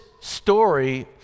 story